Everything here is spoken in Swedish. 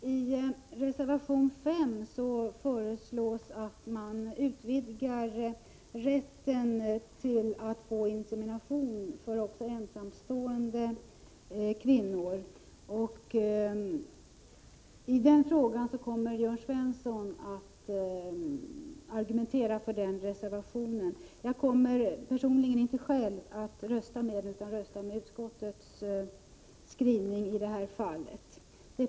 Herr talman! I reservation 5 föreslås att rätten till insemination utvidgas till att omfatta även ensamstående kvinnor. Jörn Svensson kommer att argumentera för den reservationen. Jag kommer personligen inte att rösta med den, utan jag röstar med utskottets skrivning i det fallet.